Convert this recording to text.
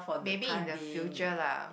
maybe in the future lah